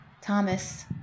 Thomas